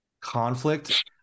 conflict